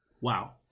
Wow